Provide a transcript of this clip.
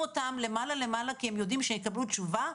אותם למעלה למעלה כי הם יודעים שיקבלו תשובה,